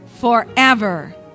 forever